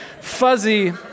Fuzzy